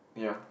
ya